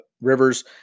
Rivers